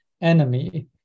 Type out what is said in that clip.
enemy